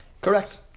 Correct